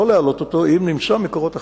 לא להעלות אותו, אם נמצא מקורות אחרים,